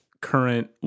current